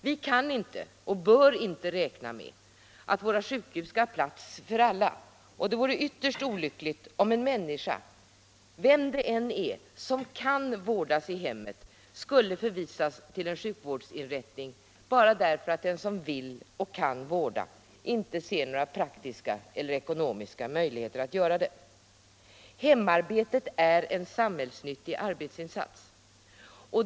Vi kan inte — och bör inte — räkna med att våra sjukhus skall ha plats för alla, och det vore ytterst olyckligt om en människa, vem det än är, som kan vårdas i hemmet skulle förvisas till sjukvårdsinrättning bara därför att den som vill och kan vårda inte ser några praktiska eller ekonomiska möjligheter att göra det. Hemarbetet är en samhällsnyttig arbetsinsats.